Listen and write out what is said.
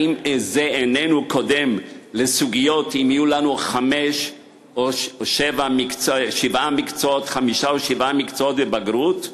האם זה איננו קודם לסוגיות של חמישה או שבעה מקצועות בבגרות?